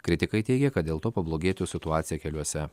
kritikai teigia kad dėl to pablogėtų situacija keliuose